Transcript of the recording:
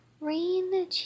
rain